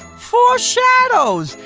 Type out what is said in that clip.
four shadows.